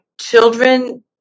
children